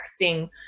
texting